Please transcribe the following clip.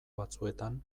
batzuetan